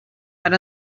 per